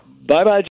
Bye-bye